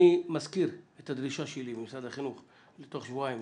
אני מזכיר את דרישתי ממשרד החינוך להגיש תוך שבועיים